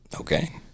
Okay